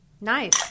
Nice